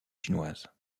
chinoises